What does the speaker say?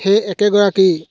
সেই একেগৰাকী